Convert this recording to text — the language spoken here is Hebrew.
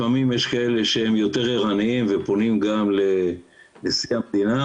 לפעמים יש כאלה שהם יותר ערניים ופונים גם לנשיא המדינה,